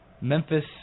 Memphis